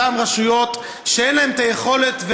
אותן רשויות שאין להן יכולת,